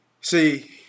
See